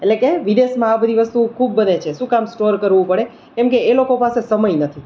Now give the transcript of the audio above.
એટલે કે વિદેશમાં આ બધી વસ્તુઓ ખૂબ બને છે શું કામ સ્ટોર કરવું પડે કેમ કે એ લોકો પાસે સમય નથી